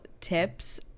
tips